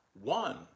one